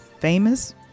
famous